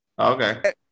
Okay